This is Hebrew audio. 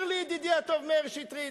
אומר לי ידידי הטוב מאיר שטרית,